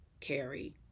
carry